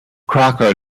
crocker